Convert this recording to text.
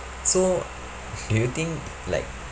so so you think like